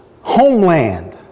homeland